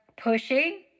pushing